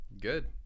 good